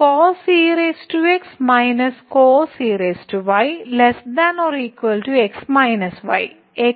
cos ex -cos ey ≤ x - y x y ≤ 0